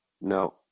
No